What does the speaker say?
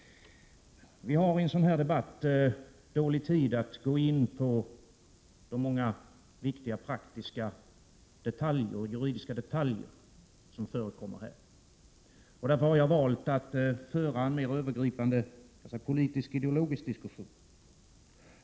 Vi har i en sådan här debatt dåligt med tid för att gå in på de många viktiga juridiska detaljer som förekommer här. Därför har jag valt att föra en mer övergripande politisk-ideologisk diskussion.